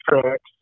tracks